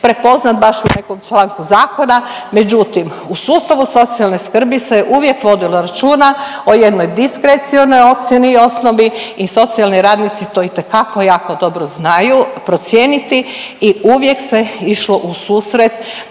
prepoznat baš u nekom članku zakona. Međutim, u sustavu socijalne skrbi se uvijek vodilo računa o jednoj diskrecionoj ocjeni i osnovi i socijalni radnici to itekako jako dobro znaju procijeniti i uvijek se išlo u susret